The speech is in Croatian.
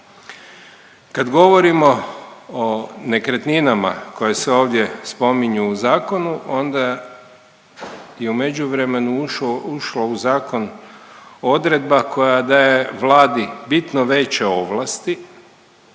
Kad govorimo o nekretninama koje se ovdje spominju u zakonu onda je u međuvremenu ušo, ušlo u zakon odredba koja daje Vladi bitno veće ovlasti